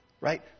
Right